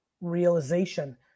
realization